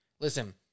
listen